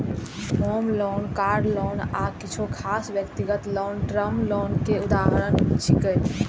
होम loan, car loan आ किछु खास व्यक्तिगत लोन टर्म लोन के उदाहरण छियै